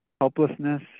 helplessness